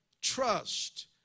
trust